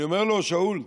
אני אומר לו: שאול,